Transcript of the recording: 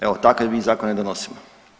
Evo takve mi zakone donosimo.